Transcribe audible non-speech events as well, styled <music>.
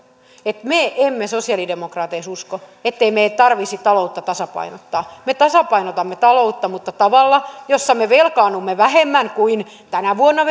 että me emme sosialidemokraateissa usko ettei meidän tarvitsisi taloutta tasapainottaa me tasapainotamme taloutta mutta tavalla jolla me velkaannumme vähemmän kuin tänä vuonna <unintelligible>